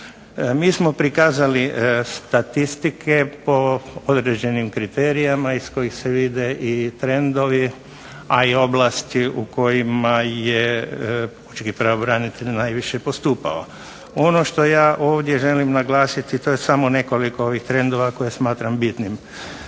Mi smo prikazali statistike po određenim kriterijima iz kojih se vide i trendovi, a i oblasti u kojima je pučki pravobranitelj najviše postupao. Ono što ja ovdje želim naglasiti to je samo nekoliko ovih trendova koje smatram bitnima.